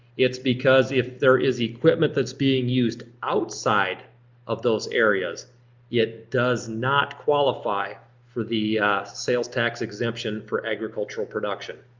it's because if there is equipment that's being used outside of those areas it does not qualify for the sales tax exemption for agricultural production.